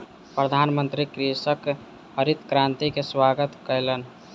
प्रधानमंत्री कृषकक हरित क्रांति के स्वागत कयलैन